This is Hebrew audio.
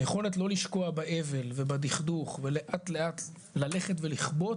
היכולת לא לשקוע באבל ובדכדוך ולאט לאט ללכת ולכבות